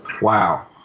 Wow